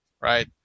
right